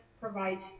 provides